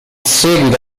seguito